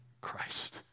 Christ